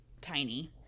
tiny